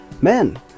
Men